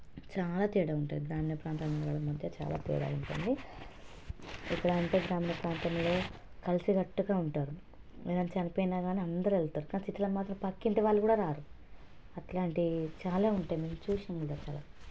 చాలా తేడా ఉంటుంది గ్రామీణ ప్రాంతాల వాళ్ళ మధ్య చాలా తేడా ఉంటుంది ఎలా అంటే గ్రామీణ ప్రాంతంలో కలిసికట్టుగా ఉంటారు ఎవరైనా చనిపోయినా కానీ అందరు వెళతారు కానీ సిటీలో మాత్రం పక్కింటి వాళ్ళు కూడా రారు అలాంటివి చాలా ఉంటాయ్ మీరు చూసుండరు అసలు